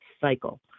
cycle